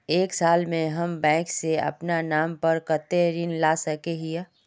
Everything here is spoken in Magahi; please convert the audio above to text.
एक साल में हम बैंक से अपना नाम पर कते ऋण ला सके हिय?